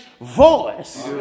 voice